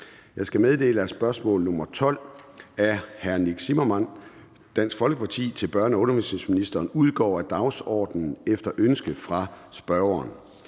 Jeg skal meddele, at spørgsmål nr. 12 (spm. nr. S 176) af hr. Nick Zimmermann (DF) til børne- og undervisningsministeren udgår af dagsordenen efter ønske fra spørgeren.